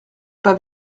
pas